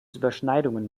überschneidungen